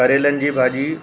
करेलनि जी भाॼी